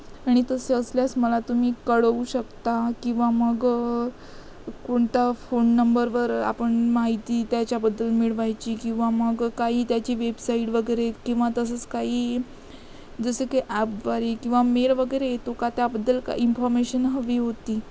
आणि तसे असल्यास मला तुम्ही कळवू शकता किंवा मग कोणता फोन नंबरवर आपण माहिती त्याच्याबद्दल मिळवायची किंवा मग काही त्याची वेबसाईट वगैरे किंवा तसंच काही जसं की ॲपद्वारे किंवा मेल वगैरे येतो का त्याबद्दल का इन्फॉर्मेशन हवी होती